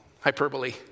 Hyperbole